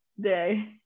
day